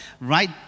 right